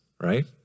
right